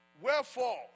Wherefore